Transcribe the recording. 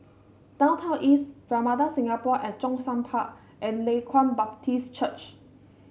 Downtown East Ramada Singapore at Zhongshan Park and Leng Kwang Baptist Church